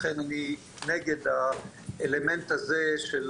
לכן אני נגד האלמנט הזה של